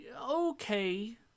okay